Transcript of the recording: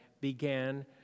began